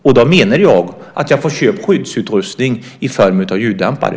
Och då menar jag skyddsutrustning i form av ljuddämpare.